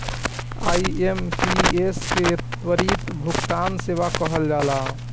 IMPS के त्वरित भुगतान सेवा कहल जाला